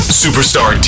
superstar